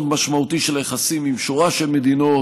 משמעותי של היחסים עם שורה של מדינות,